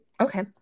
Okay